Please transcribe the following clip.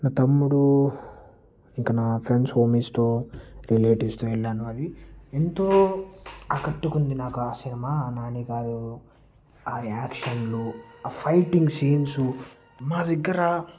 నా తమ్ముడు ఇంకా నా ఫ్రెండ్స్ హోమిస్తో రిలేటివ్స్తో వెళ్ళాను అది ఎంతో ఆకట్టుకుంది నాకు ఆ సినిమా నాని గారు ఆ యాక్షన్లు ఆ ఫైటింగ్ సీన్స్ మా దగ్గర